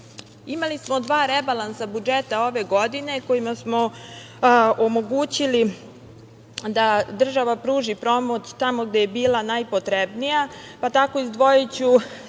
živi. Imali smo dva rebalansa budžeta ove godine kojima smo omogućili da država pruži pomoć tamo gde je bila najpotrebnija, pa ću tako izdvojiti samo